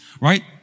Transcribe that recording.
Right